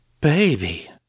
baby